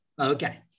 Okay